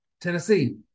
Tennessee